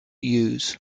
use